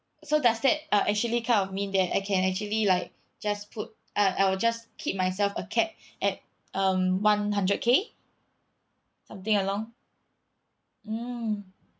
so does that uh actually kind of mean that I can actually like just put I I'll just keep myself a capped at um one hundred K something along mm